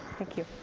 thank you.